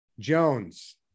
jones